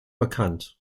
bekannt